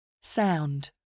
Sound